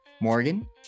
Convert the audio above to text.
Morgan